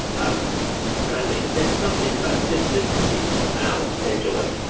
um and i think there's something about a simplicity about their joy.